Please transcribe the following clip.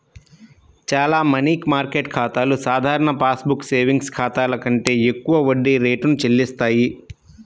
చాలా money market ఖాతాలు సాధారణ పాస్ బుక్ సేవింగ్స్ ఖాతాల కంటే ఎక్కువ వడ్డీ రేటును చెల్లిస్తాయి